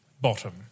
Bottom